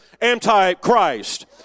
anti-Christ